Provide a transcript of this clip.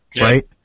right